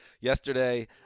yesterday